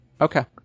Okay